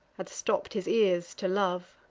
had stopp'd his ears to love.